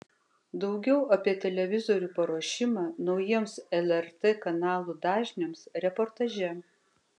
daugiau apie televizorių paruošimą naujiems lrt kanalų dažniams reportaže